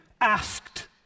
asked